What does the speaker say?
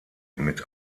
mit